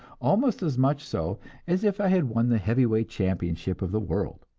almost as much so as if i had won the heavy-weight championship of the world.